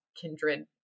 kindred